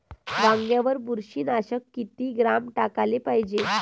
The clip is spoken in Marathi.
वांग्यावर बुरशी नाशक किती ग्राम टाकाले पायजे?